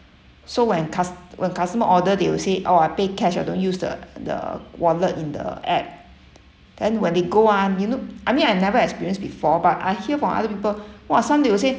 so when cus~ when customer order they will say oh I pay cash I don't use the the wallet in the app then when they go ah you kn~ I mean I never experienced before but I hear from other people !wah! some they will say